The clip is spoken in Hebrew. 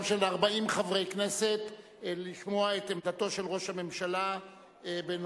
של 40 חברי כנסת לשמוע את עמדתו של ראש הממשלה בנושא: